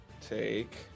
take